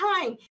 time